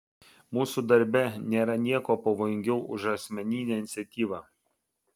mūsų darbe nėra nieko pavojingiau už asmeninę iniciatyvą